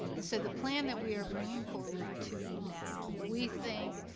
and so the plan that we are bringing forward to you now, we think,